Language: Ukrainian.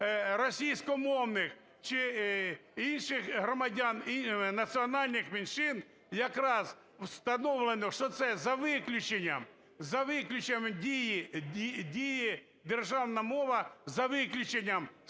російськомовних чи інших громадян національних меншин якраз встановлено, що це за виключенням, за виключенням діє державна мова, за виключенням